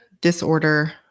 disorder